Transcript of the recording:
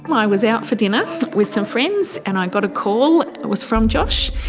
i was out for dinner with some friends and i got a call, it was from josh.